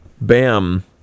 Bam